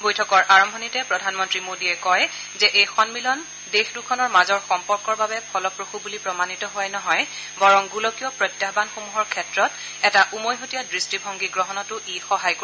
বৈঠকৰ আৰম্ভণিতে প্ৰধানমন্ত্ৰী মোদীয়ে কয় যে এই সমিলন দেশ দুখনৰ মাজৰ সম্পৰ্কৰ বাবে ফলপ্ৰসু বুলি প্ৰমাণিত হোৱাই নহয় বৰং গোলকীয় প্ৰত্যাহবানসমূহৰ ক্ষেত্ৰত এটা উমৈহতীয়া দৃষ্টিভংগী গ্ৰহণতো ই সহায় কৰিব